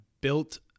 built